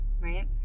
right